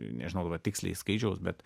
nežinau dar tiksliai skaičiaus bet